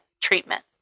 treatment